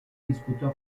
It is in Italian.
disputò